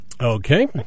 Okay